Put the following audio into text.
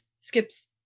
skips